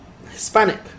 Hispanic